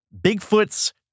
Bigfoot's